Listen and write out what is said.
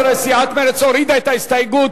12, סיעת מרצ הורידה את ההסתייגות.